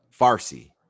Farsi